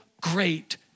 great